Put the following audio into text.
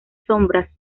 sombras